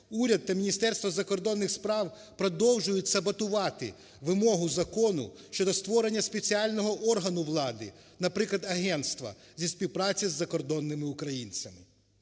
уряд та Міністерство закордонних справ продовжують саботувати вимогу закону щодо створення спеціального органу влади, наприклад агентства зі співпраці з закордонними українцями.